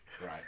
Right